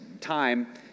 time